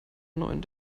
neuen